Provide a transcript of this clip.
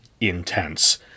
intense